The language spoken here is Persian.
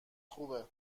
خوبه